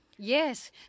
Yes